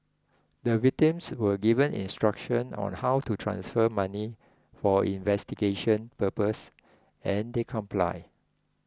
the victims were given instructions on how to transfer money for investigation purposes and they complied